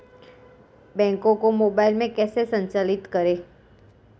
Bank को mobile में कैसे संचालित करें?